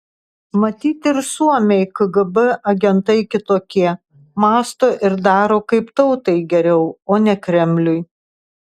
matyt ir suomiai kgb agentai kitokie mąsto ir daro kaip tautai geriau o ne kremliui